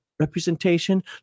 representation